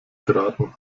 geraten